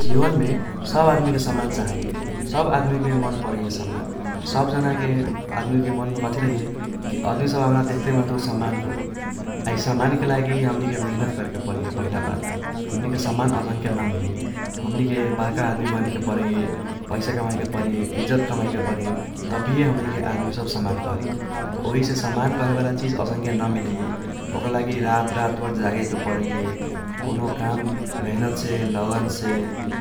जीवनमे सब आदमीके सम्मान चाहैये। सब आदमीके मन परैये सम्मान। सब जनाके आदमीके मनमे कथी रहैये की अदमी सब हम्रा देख्ते मातुर सम्मान करो। आ इ सम्मानके लागि हमनिके मिहीनेत करेके परै पहिला बात त। हमनिके सम्मान ऐसनके न मिलैये। हमनिके बर्का आदमी बनेके परैये पैसा कमाएके परैये इज्जत कमाएके परैये तबिहे हमनिके आदमिसब सम्मान करी। त वोहीसे सम्मान कहेवाला चीज ऐसनके न मिलैये । ओक्रालागि रात रात भर जागेके परैये। कौनो काम मिहीनेतसे ,लगनसे